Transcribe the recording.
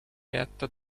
jätta